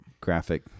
graphic